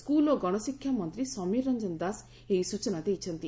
school ଓ ଗଣଶିକ୍ଷା ମନ୍ତୀ ସମୀର ରଞ୍ଞନ ଦାସ ଏହି ସୂଚନା ଦେଇଛନ୍ତି